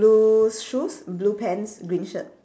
blue shoes blue pants green shirt